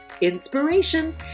inspiration